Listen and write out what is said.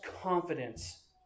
confidence